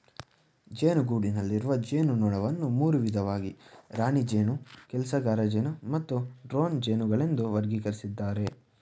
ಜೇನುಗೂಡಿನಲ್ಲಿರುವ ಜೇನುನೊಣವನ್ನು ಮೂರು ವಿಧವಾಗಿ ರಾಣಿ ಜೇನು ಕೆಲಸಗಾರಜೇನು ಮತ್ತು ಡ್ರೋನ್ ಜೇನುಗಳೆಂದು ವರ್ಗಕರಿಸಿದ್ದಾರೆ